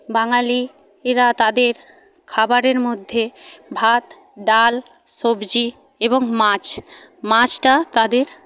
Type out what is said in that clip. বাঙালি এরা তাদের খাবারের মধ্যে ভাত ডাল সবজি এবং মাছ মাছটা তাদের